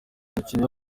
umukinnyi